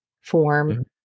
form